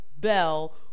Bell